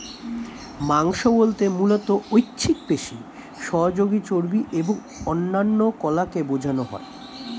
মাংস বলতে মূলত ঐচ্ছিক পেশি, সহযোগী চর্বি এবং অন্যান্য কলাকে বোঝানো হয়